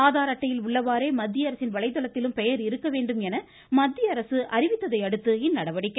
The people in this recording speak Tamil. ஆதார் அட்டையில் உள்ளவாறே மத்திய அரசின் வலைதளத்திலும் பெயர் இருக்க வேண்டுமென மத்திய அரசு அறிவித்ததையடுத்து இந்நடவடிக்கை